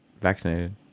vaccinated